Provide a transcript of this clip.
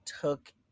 took